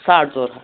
ساڈ ژور ہَتھ